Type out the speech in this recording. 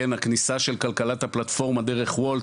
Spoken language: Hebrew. הכניסה של כלכלת הפלטפורמה דרך וולט,